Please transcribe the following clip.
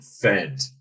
fed